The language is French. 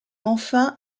enfin